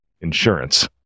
insurance